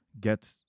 get